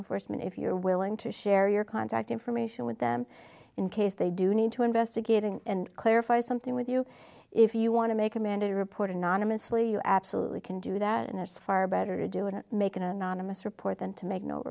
enforcement if you're willing to share your contact information with them in case they do need to investigate and clarify something with you if you want to make a man to report anonymously you absolutely can do that and it's far better to do it and make an anonymous report than to make no